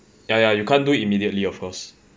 ya ya you can't do immediately of course